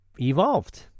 evolved